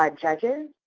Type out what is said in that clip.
ah judges